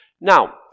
Now